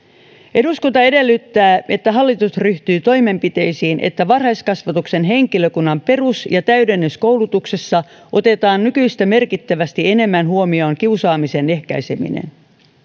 eduskunta edellyttää että hallitus ryhtyy toimenpiteisiin että varhaiskasvatuksen henkilökunnan perus ja täydennyskoulutuksessa otetaan nykyistä merkittävästi enemmän huomioon kiusaamisen ehkäiseminen